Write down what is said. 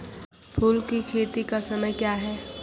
फुल की खेती का समय क्या हैं?